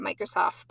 Microsoft